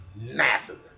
massive